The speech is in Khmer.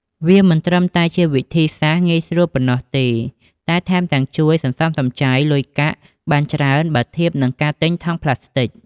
វាមិនត្រឹមតែជាវិធីសាស្ត្រងាយស្រួលប៉ុណ្ណោះទេ តែថែមទាំងជួយ សន្សំសំចៃ លុយកាក់បានច្រើន បើធៀបនឹងការទិញថង់ប្លាស្ទិក។